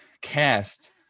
cast